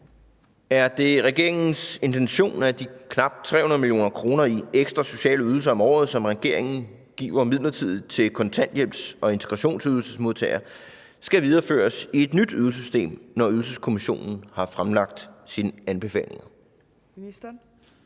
Er det regeringens intention, at de knap 300 mio. kr. i ekstra sociale ydelser om året, som regeringen giver midlertidigt til kontanthjælps- og integrationsydelsesmodtagere, skal videreføres i et nyt ydelsessystem, når Ydelseskommissionen har fremlagt sine anbefalinger?